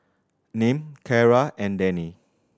Nim Cara and Denny